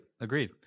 Agreed